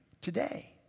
today